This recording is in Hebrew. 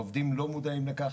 העובדים לא מודעים לכך.